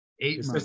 eight